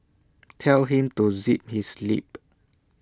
tell him to zip his lip